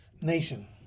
nation